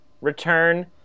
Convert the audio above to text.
return